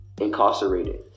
incarcerated